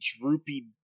droopy